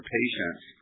patients